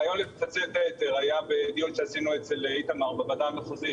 הרעיון לפצל את ההיתר היה בדיון שעשינו אצל איתמר בוועדה המחוזית,